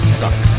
suck